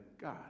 God